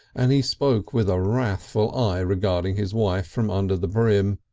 and he spoke with a wrathful eye regarding his wife from under the brim.